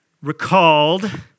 recalled